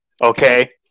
Okay